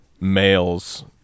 males